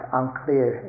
unclear